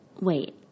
Wait